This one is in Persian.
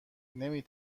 نمی